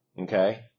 Okay